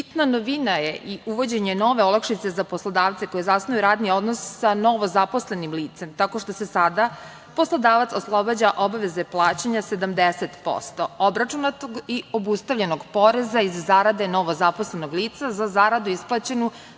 Bitna novina je i uvođenje nove olakšice za poslodavce koji zasnuju radi odnos sa novo zaposlenim licem, tako što se sada poslodavac oslobađa obaveze plaćanja 70% obračunatog i obustavljenog poreza iz zarade novo zaposlenog lica za zaradu isplaćenu